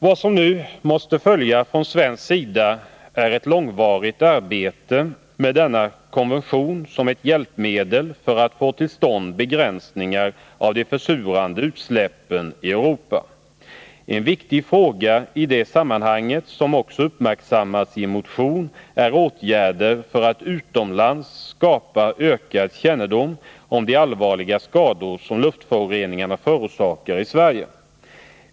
Vad som nu måste följa från svensk sida är ett långvarigt arbete med denna konvention som ett hjälpmedel för att få till stånd begränsningar av de försurande utsläppen i Europa. En viktig fråga i det sammanhanget, som också uppmärksammats i en motion, är åtgärder för att utomlands skapa ökad kännedom om de allvarliga skador som luftföroreningarna förorsakar i Sverige.